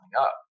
up